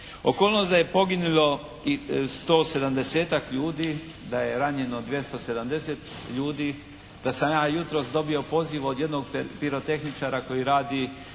Okolnost da je poginulo 170.-tak ljudi, da je ranjeno 270 ljudi, da sam ja jutros dobio poziv od jednog pirotehničara koji radi